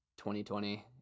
2020